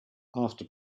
after